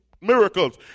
miracles